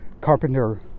Carpenter